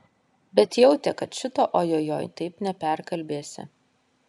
bet jautė kad šito ojojoi taip neperkalbėsi